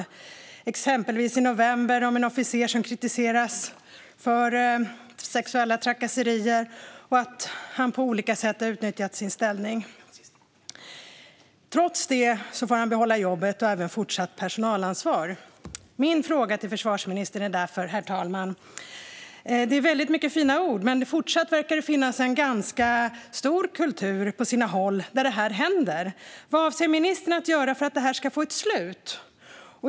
I november var det exempelvis en officer som kritiserades för sexuella trakasserier och för att på olika sätt ha utnyttjat sin ställning. Trots detta fick han behålla jobbet och ha fortsatt personalansvar. Jag vill därför ställa en fråga till försvarsministern, herr talman. Det är väldigt mycket fina ord, men fortfarande verkar det på sina håll finnas en ganska stark kultur eftersom det här händer. Vad avser ministern att göra för att detta ska få ett slut?